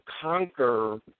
conquer